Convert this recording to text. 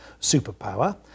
superpower